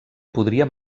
podríem